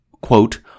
quote